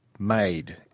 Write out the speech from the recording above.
made